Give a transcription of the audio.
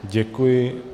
Děkuji.